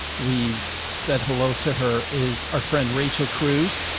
we've said hello to her is our friend, rachel cruze.